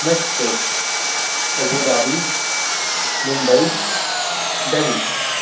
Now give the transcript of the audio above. Mexico Abu Dhabi Mumbai Delhi